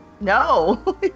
no